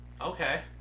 Okay